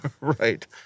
Right